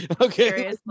Okay